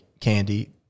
Candy